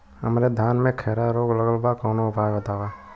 हमरे धान में खैरा रोग लगल बा कवनो उपाय बतावा?